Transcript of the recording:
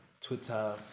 Twitter